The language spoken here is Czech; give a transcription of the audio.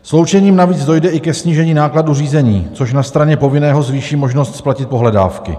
Sloučením navíc dojde i ke snížení nákladů řízení, což na straně povinného zvýší možnost splatit pohledávky.